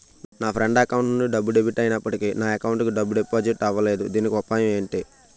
నా friend account నుండి డబ్బు డెబిట్ అయినప్పటికీ నా అకౌంట్ కి డబ్బు డిపాజిట్ అవ్వలేదుదీనికి ఉపాయం ఎంటి?